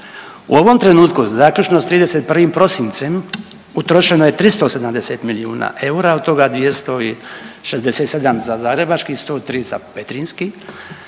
U ovom trenutku, zaključno s 31. prosincem utrošeno je 370 milijuna eura, od toga 267 za zagrebački, 103 za petrinjski